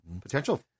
Potential